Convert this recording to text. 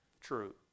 true